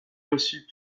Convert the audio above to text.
reçut